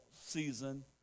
season